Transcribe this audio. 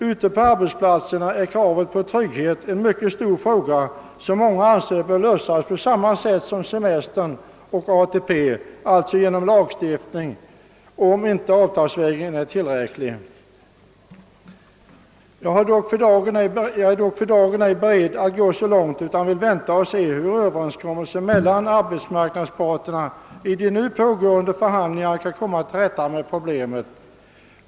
Ute på arbetsplatserna är kravet på trygghet en mycket stor fråga som många anser böra lösas på samma sätt som semestern och ATP, d. v. s. genom lagstiftning, om det inte går avtalsvägen. För dagen är jag dock inte beredd att gå så långt, utan vill vänta och se om arbetsmarknadsparterna i de nu pågående förhandlingarna kan komma till rätta med problemet.